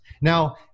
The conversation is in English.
now